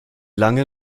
lange